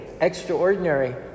extraordinary